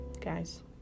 guys